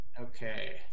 Okay